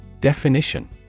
Definition